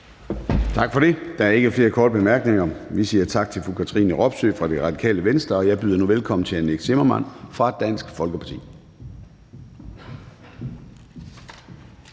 Tak for det. Der er ikke flere korte bemærkninger. Vi siger tak til fru Katrine Robsøe fra Det Radikale Venstre. Jeg byder nu velkommen til hr. Nick Zimmermann fra Dansk Folkeparti.